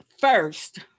first